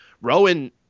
Rowan